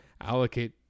allocate